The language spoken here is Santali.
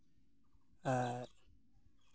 ᱟᱨ